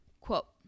Quote